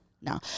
No